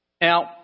Now